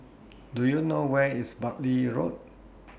Do YOU know Where IS Bartley Road